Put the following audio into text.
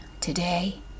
today